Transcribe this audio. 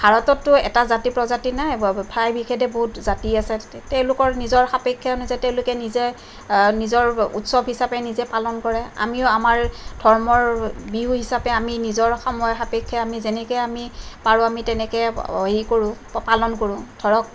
ভাৰততটো এটা জাতি প্ৰজাতি নাই ঠাই বিশেষে বহুত জাতি আছে তেওঁলোকৰ নিজৰ সাপেক্ষে অনুযায়ী তেওঁলোকে নিজে নিজৰ উৎসৱ হিচাপে নিজে পালন কৰে আমিও আমাৰ ধৰ্মৰ বিহু হিচাপে আমি নিজৰ সময় সাপেক্ষে আমি যেনেকে আমি পাৰোঁ আমি তেনেকে হেৰি কৰোঁ পালন কৰোঁ ধৰক